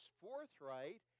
forthright